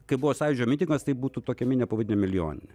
kai buvo sąjūdžio mitingas taip būtų tokią minią pavadinę milijonine